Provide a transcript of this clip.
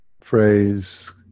phrase